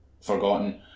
forgotten